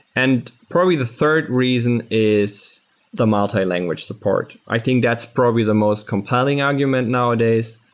and probably the third reason is the multi-language support. i think that's probably the most compelling argument nowadays,